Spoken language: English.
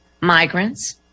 migrants